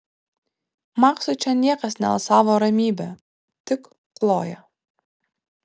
maksui čia niekas nealsavo ramybe tik kloja